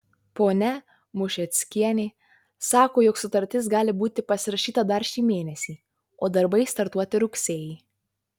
ponia mušeckienė sako jog sutartis gali būti pasirašyta dar šį mėnesį o darbai startuoti rugsėjį